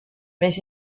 mais